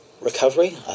recovery